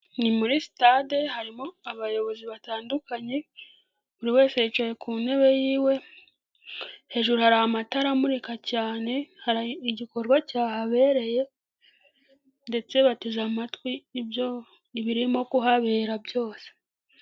Ni muri sitade harimo abayobozi batandukanye, buri wese yicaye ku ntebe yiwe, hejuru hari amatara amurika cyane hari igikorwa cyahabereye ndetse bateze amatwi ibyo ibirimo kuhabera byose.